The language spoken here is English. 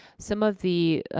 some of the,